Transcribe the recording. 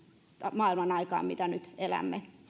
maailmanaikaan mitä nyt elämme